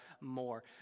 more